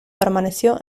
permaneció